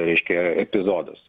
reiškia epizodas